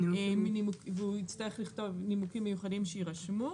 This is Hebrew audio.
והוא יצטרך לכתוב נימוקים מיוחדים שיירשמו,